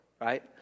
right